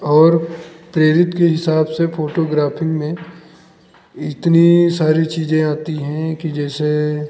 और प्रेरित के हिसाब से फ़ोटोग्राफ़िंग में इतनी सारी चीज़ें आती हैं कि जैसे